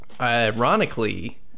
Ironically